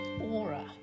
aura